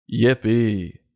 Yippee